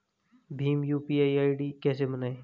Bhim UPI ID कैसे बनाएं?